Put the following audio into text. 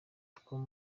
two